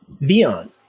Vion